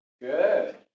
good